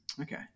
Okay